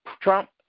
Trump